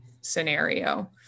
scenario